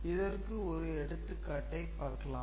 இதற்கு ஒரு எடுத்துக்காட்டைப் பார்க்கலாம்